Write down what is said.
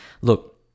Look